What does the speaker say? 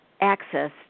access